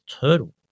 turtle